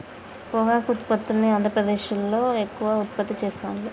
పొగాకు ఉత్పత్తుల్ని ఆంద్రప్రదేశ్లో ఎక్కువ ఉత్పత్తి చెస్తాండ్లు